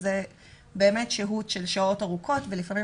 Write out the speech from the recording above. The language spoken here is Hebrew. זו באמת שהות של שעות ארוכות וזה לפעמים